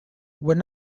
were